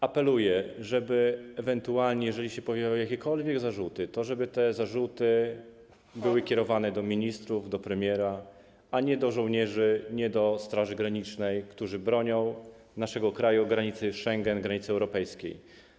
Apeluję, żeby ewentualnie, jeżeli pojawią się jakiekolwiek zarzuty, to żeby były kierowane do ministrów, do premiera, a nie do żołnierzy, nie do Straży Granicznej, którzy bronią naszego kraju, granicy Schengen, granicy europejskiej.